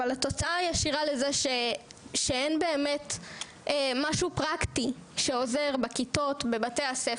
אבל התוצאה הישירה לזה שאין באמת משהו פרקטי שעובר בכיתות,